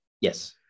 Yes